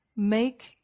Make